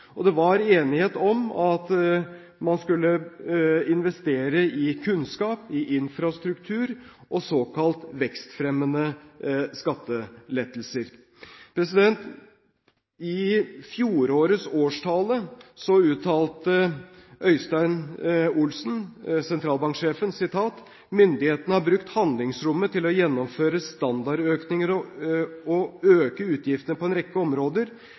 og det var enighet om at man skulle investere i kunnskap, infrastruktur og såkalt vekstfremmende skattelettelser. I fjorårets årstale uttalte sentralbanksjef Øystein Olsen: «Myndighetene har brukt handlingsrommet til å gjennomføre standardøkninger og øke utgiftene på en rekke områder.